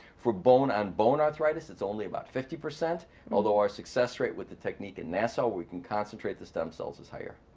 for bone on bone arthritis it's only about fifty, and although our success rate with the technique in nasa we can concentrate the stem cells as higher.